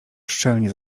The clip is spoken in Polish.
szczelnie